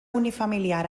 unifamiliar